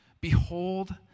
Behold